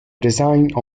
design